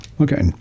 Okay